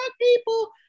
People